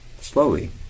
slowly